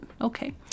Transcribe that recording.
Okay